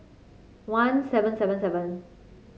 one seven seven seven